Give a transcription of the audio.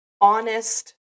honest